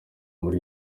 muri